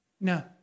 no